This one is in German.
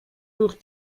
durch